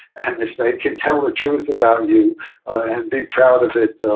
and if they can tell the truth about you and be proud of it,